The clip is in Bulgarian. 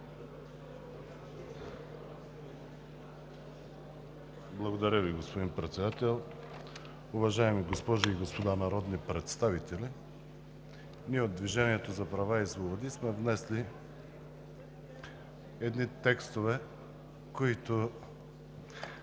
Благодаря Ви, господин Председател. Уважаеми госпожи и господа народни представители, ние от „Движението за права и свободи“ сме внесли едни текстове, които